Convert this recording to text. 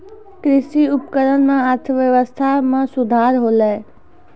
कृषि उपकरण सें अर्थव्यवस्था में सुधार होलय